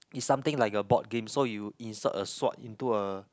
it's something like a board game so you insert a sword into a